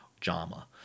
JAMA